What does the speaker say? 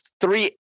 three